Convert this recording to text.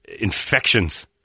infections